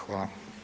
Hvala.